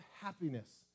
happiness